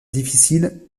difficile